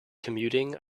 commuting